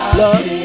love